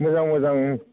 मोजां मोजां